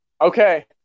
Okay